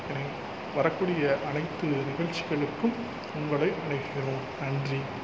இனி வரக்கூடிய அனைத்து நிகழ்ச்சிகளுக்கும் உங்களை அழைக்கிறோம் நன்றி